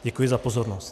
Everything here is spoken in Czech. Děkuji za pozornost.